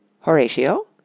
Horatio